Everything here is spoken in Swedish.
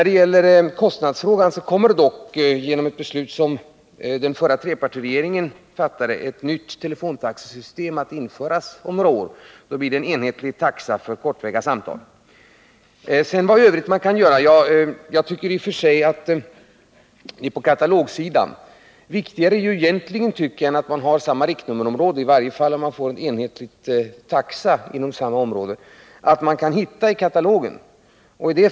Beträffande kostnadsfrågan vill jag säga att det om några år, efter det beslut som fattades av den förra trepartiregeringen, kommer att införas ett nytt telefontaxesystem. Då blir det en enhetlig taxa för kortväga samtal. Sedan till frågan om vad man f. ö. kan göra på katalogsidan. Viktigare än att man har samma riktnummerområde är egentligen — åtminstone om man får en enhetlig taxa inom samma område — att man kan hitta i katalogen.